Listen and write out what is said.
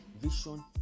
vision